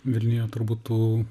vilniuje būtų